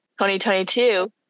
2022